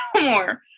more